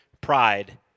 pride